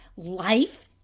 life